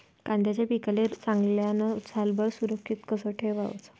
कांद्याच्या पिकाले चांगल्यानं सालभर सुरक्षित कस ठेवाचं?